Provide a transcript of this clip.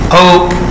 hope